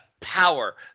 power